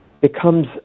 becomes